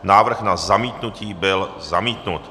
Návrh na zamítnutí byl zamítnut.